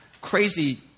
crazy